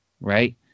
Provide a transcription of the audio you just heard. right